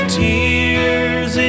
tears